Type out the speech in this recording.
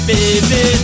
Baby